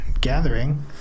gathering